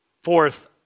Fourth